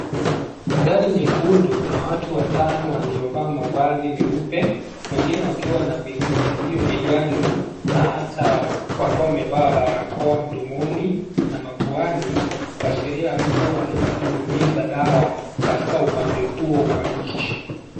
Gari nyekundu na watu watano wamevaa mavazi mweupe wengine wakiwa na vinyunyuzio begani na hata, wamevaa barakoa midomoni, na mapuani, kwa sheria kuwa wanaenda kunyunyuza dawa katika upande huo wa inchi.